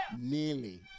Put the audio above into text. nearly